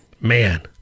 Man